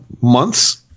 months